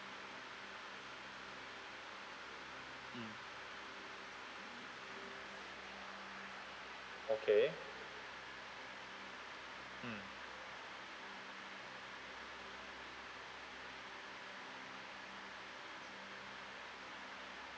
mm okay mm